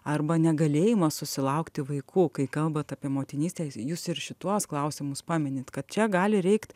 arba negalėjimas susilaukti vaikų kai kalbat apie motinystę jūs ir šituos klausimus paminint kad čia gali reikt